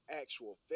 actual